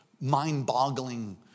mind-boggling